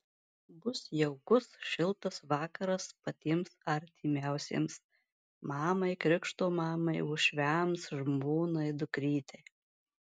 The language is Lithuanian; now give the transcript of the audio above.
bus jaukus šiltas vakaras patiems artimiausiems mamai krikšto mamai uošviams žmonai dukrytei